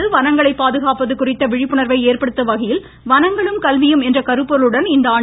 வகையில் வனங்களை பாதுகாப்பது குறித்த விழிப்புணர்வை ஏற்படுத்தும் வனங்களும் கல்வியும் என்ற கருப்பொருளுடன் இந்தாண்டு